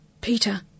Peter